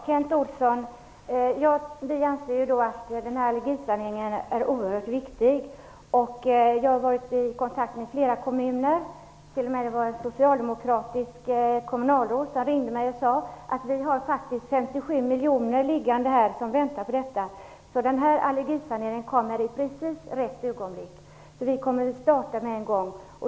Herr talman! Vi anser att en allergisanering är oerhört viktig, Kent Olsson. Jag har varit i kontakt med flera kommuner. Ett socialdemokratiskt kommunalråd ringde mig och sade att de hade 57 miljoner liggande som väntade på detta och att allergisaneringen kommer i precis rätt ögonblick. Den kommer att starta med en gång.